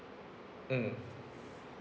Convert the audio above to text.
mm